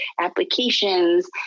applications